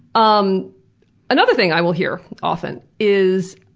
um another thing i will hear often is,